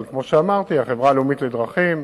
אבל כמו שאמרתי, החברה הלאומית לדרכים,